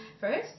first